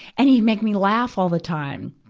and he'd make me laugh all the time.